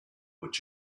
but